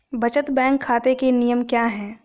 बचत बैंक खाता के नियम क्या हैं?